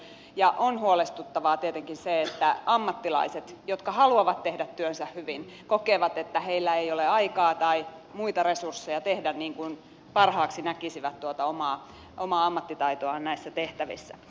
ja on huolestuttavaa tietenkin se että ammattilaiset jotka haluavat tehdä työnsä hyvin kokevat että heillä ei ole aikaa tai muita resursseja tehdä niin kuin parhaaksi näkisivät tuota omaa ammattitaitoaan näissä tehtävissä